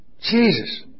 Jesus